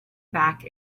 back